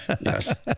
Yes